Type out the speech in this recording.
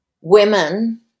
women